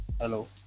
Hello